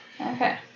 Okay